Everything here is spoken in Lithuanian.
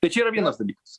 tai čia yra vienas dalykas